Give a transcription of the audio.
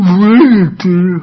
reality